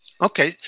Okay